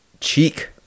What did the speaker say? cheek